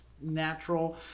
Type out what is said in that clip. natural